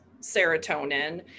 serotonin